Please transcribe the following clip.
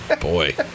Boy